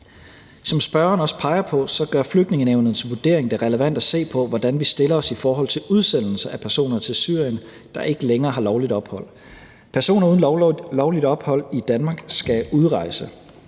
forespørgerne også peger på, gør Flygtningenævnets vurdering det relevant at se på, hvordan vi stiller os i forhold til udsendelse af personer til Syrien, der ikke længere har lovligt ophold. Personer uden lovligt ophold i Danmark skal udrejse,